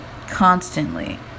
constantly